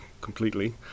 completely